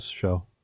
show